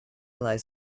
lies